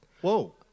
Whoa